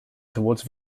towards